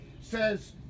says